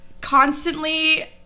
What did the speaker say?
constantly